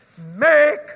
Make